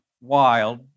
wild